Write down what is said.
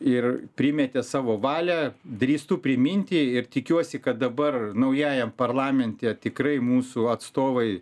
ir primetė savo valią drįstu priminti ir tikiuosi kad dabar naujajam parlamente tikrai mūsų atstovai